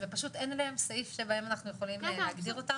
ופשוט אין להם סעיף שבו אנחנו יכולים להגדיר אותם.